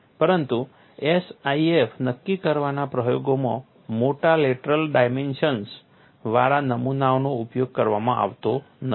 પરંતુ SIF નક્કી કરવાના પ્રયોગોમાં મોટા લેટરલ ડાયમેન્શન્સ વાળા નમૂનાનો ઉપયોગ કરવામાં આવતો નથી